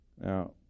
Now